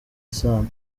isano